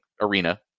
arena